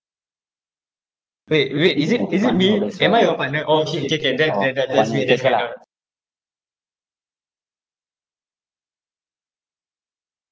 wait wait is it is it me am I your partner orh okay K can then tha~ that that's me that's me